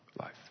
life